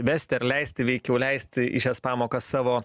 vesti ar leisti veikiau leisti į šias pamokas savo